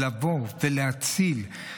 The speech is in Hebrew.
לבוא ולהציל,